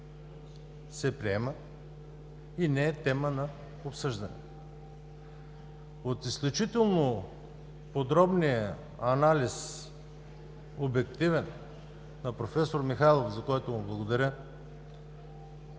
се приема и не е тема на обсъждане. От изключително подробния и обективен анализ на проф. Михайлов, за който му благодаря,